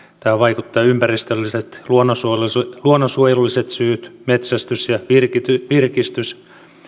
tähän vaikuttavat ympäristölliset ja luonnonsuojelulliset syyt metsästys ja virkistys virkistys